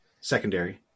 secondary